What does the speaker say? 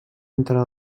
entre